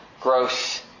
gross